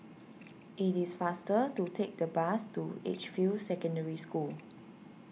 it is faster to take the bus to Edgefield Secondary School